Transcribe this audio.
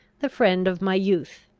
the friend of my youth,